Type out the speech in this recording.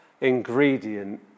ingredient